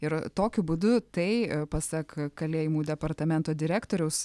ir tokiu būdu tai pasak kalėjimų departamento direktoriaus